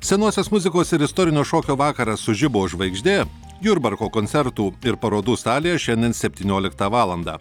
senosios muzikos ir istorinio šokio vakaras sužibo žvaigždė jurbarko koncertų ir parodų salėje šiandien septynioliktą valandą